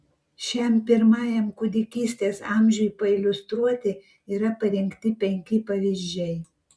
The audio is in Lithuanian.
šiam pirmajam kūdikystės amžiui pailiustruoti yra parinkti penki pavyzdžiai